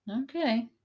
Okay